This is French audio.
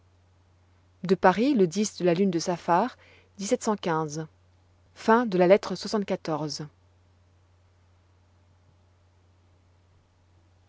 de paris le de la lune de saphar lettre